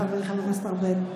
חבר הכנסת ארבל.